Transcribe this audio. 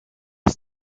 ist